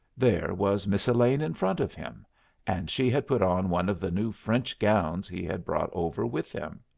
there was miss elaine in front of him and she had put on one of the new french gowns he had brought over with him.